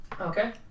Okay